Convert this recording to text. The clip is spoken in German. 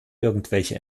irgendwelche